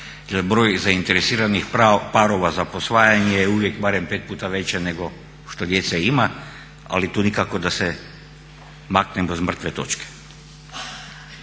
jer broj zainteresiranih parova za posvajanje je uvijek barem 5 puta veće nego što djece ima, ali tu nikako da se maknemo s mrtve točke.